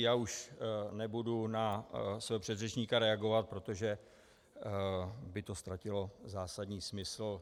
Já už nebudu na svého předřečníka reagovat, protože by to ztratilo zásadní smysl.